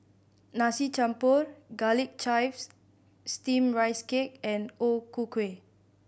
Nasi Campur Garlic Chives Steamed Rice Cake and O Ku Kueh